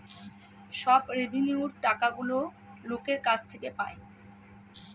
সব রেভিন্যুয়র টাকাগুলো লোকের কাছ থেকে পায়